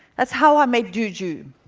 that's how i met juju.